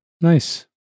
nice